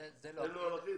אין נוהל אחיד?